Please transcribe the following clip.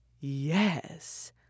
Yes